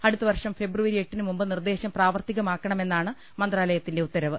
അടുത്തവർഷം February എട്ടിന് മുമ്പ് നിർദേശം പ്രാവർത്തികമാക്കണമെന്നാണ് മന്ത്രാലയത്തിന്റെ ഉത്തരവ്